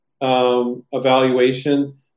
evaluation